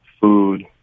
food